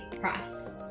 price